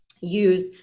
use